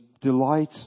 delight